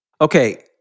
Okay